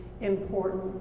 important